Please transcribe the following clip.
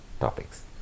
topics